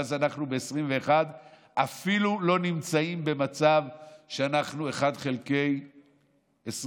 ואז אנחנו ב-2021 אפילו לא נמצאים במצב שאנחנו 1 חלקי 2020,